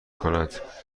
کند